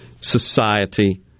society